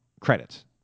credits